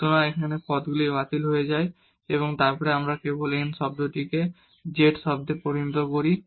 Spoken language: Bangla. সুতরাং এখানে এই পদগুলি বাতিল হয়ে যায় এবং তারপরে আমরা কেবল n শব্দটিকে z শব্দে পরিণত করি